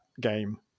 game